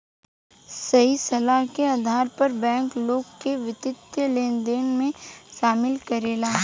सही सलाह के आधार पर बैंक, लोग के वित्तीय लेनदेन में शामिल करेला